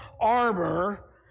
armor